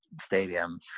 Stadium